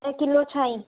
ऐं किलो छाईं